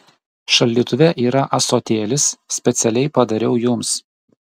šaldytuve yra ąsotėlis specialiai padariau jums